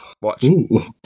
watch